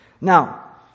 Now